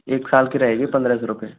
एक साल का रहेगी पंद्रह सौ रुपये